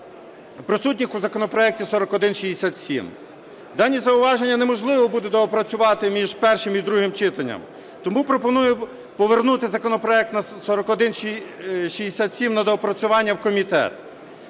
присутніх у законопроекті 4167. Дані зауваження неможливо буде доопрацювати між першим і другим читанням, тому пропоную повернути законопроект 4167 на доопрацювання в комітет